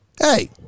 Hey